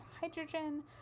hydrogen